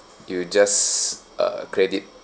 you just uh credit